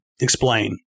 Explain